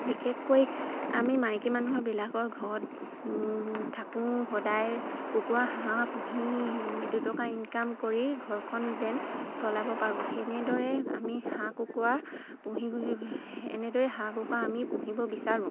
বিশেষকৈ আমি মাইকী মানুহৰ বিলাকৰ ঘৰত থাকোঁ সদায় কুকুৰা হাঁহ পুহি দুটকা ইনকাম কৰি ঘৰখন যেন চলাব পাৰোঁ সেনেদৰে আমি হাঁহ কুকুৰা পুহি এনেদৰে হাঁহ কুকুৰা আমি পুহিব বিচাৰোঁ